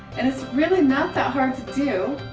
and it's really not that hard to do.